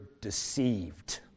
deceived